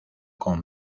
con